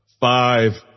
five